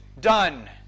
done